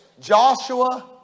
Joshua